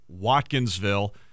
Watkinsville